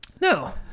No